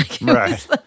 Right